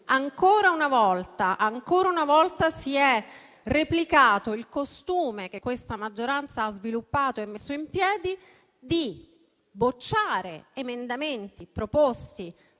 ancora una volta si è replicato il costume che questa maggioranza ha sviluppato e messo in piedi di bocciare emendamenti proposti